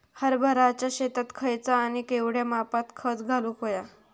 हरभराच्या शेतात खयचा आणि केवढया मापात खत घालुक व्हया?